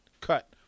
cut